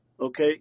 Okay